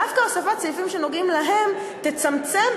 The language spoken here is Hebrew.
דווקא הוספת סעיפים שנוגעים בהם תצמצם,